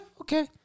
okay